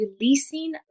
releasing